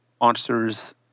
monsters